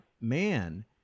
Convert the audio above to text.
man